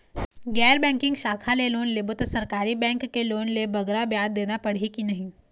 गैर बैंकिंग शाखा ले लोन लेबो ता सरकारी बैंक के लोन ले बगरा ब्याज देना पड़ही ही कि नहीं?